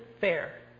fair